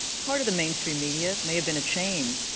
part of the mainstream media, may have been a chain.